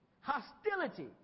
hostility